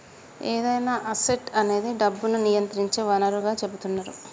ఏదైనా అసెట్ అనేది డబ్బును నియంత్రించే వనరుగా సెపుతున్నరు